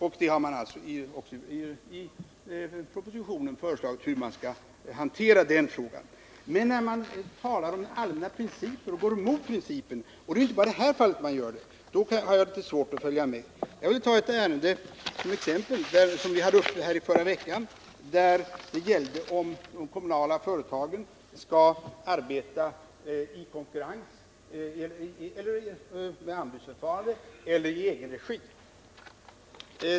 Regeringen har också i propositionen lagt fram förslag om hur den frågan skall hanteras. Men när man här talar om allmänna principer och går mot principerna — och det är inte bara i det här fallet man gör det — har jag litet svårt att följa med. Jag vill som exempel ta ett ärende som vi hade uppe i förra veckan, där det gällde om kommunala investeringar och tjänster skall genomföras i konkurrens med anbudsförfarande eller i egen regi.